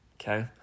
Okay